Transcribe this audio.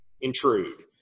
intrude